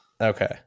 Okay